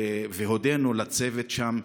והודינו, לצוות שם,